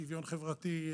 שוויון חברתי,